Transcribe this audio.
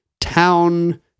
town